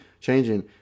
changing